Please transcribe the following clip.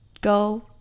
go